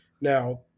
Now